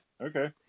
Okay